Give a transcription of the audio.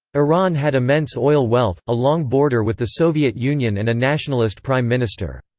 iran had immense oil wealth, a long border with the soviet union and a nationalist prime minister.